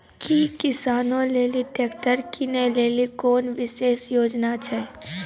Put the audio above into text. कि किसानो लेली ट्रैक्टर किनै लेली कोनो विशेष योजना छै?